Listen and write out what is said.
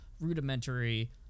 rudimentary